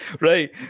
Right